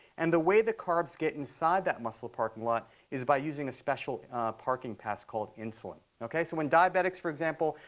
and the way the carbs get inside that muscle parking lot is by using a special parking pass called insulin. so when diabetics, for example,